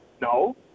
No